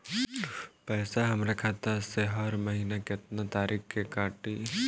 पैसा हमरा खाता से हर महीना केतना तारीक के कटी?